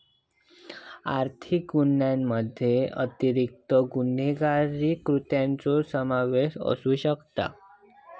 आर्थिक गुन्ह्यामध्ये अतिरिक्त गुन्हेगारी कृत्यांचो समावेश असू शकता